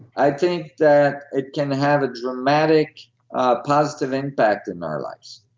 i think that it can have a dramatic positive impact in our lives